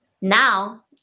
Now